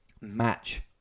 Match